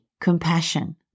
compassion